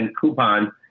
coupon